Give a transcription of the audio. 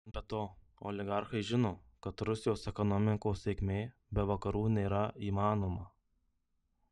be to oligarchai žino kad rusijos ekonomikos sėkmė be vakarų nėra įmanoma